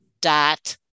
dot